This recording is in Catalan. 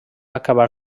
acabar